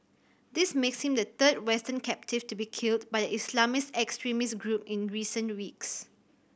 this makes him the third Western captive to be killed by the Islamist extremist group in recent weeks